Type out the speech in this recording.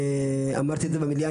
אמרתי את זה במליאה,